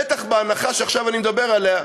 בטח בהנחה שעכשיו אני מדבר עליה,